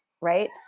right